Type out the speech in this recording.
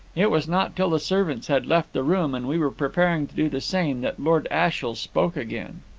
it was not till the servants had left the room, and we were preparing to do the same, that lord ashiel spoke again.